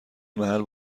محل